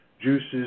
juices